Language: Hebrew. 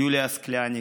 יוליה סקליאניק,